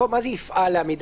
מה זה יפעל לעמידה?